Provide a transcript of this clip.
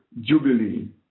jubilee